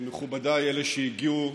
מכובדיי, אלה שהגיעו.